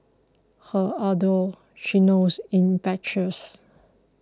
her ardour she knows infectious